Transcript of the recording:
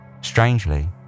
Strangely